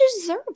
deserve